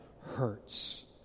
hurts